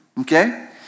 okay